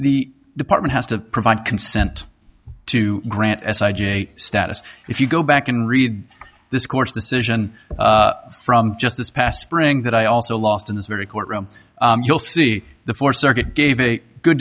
the department has to provide consent to grant s i j status if you go back and read this court's decision from just this past spring that i also lost in this very court room you'll see the four circuit gave a good